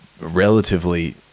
relatively